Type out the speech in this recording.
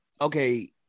okay